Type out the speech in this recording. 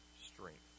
strength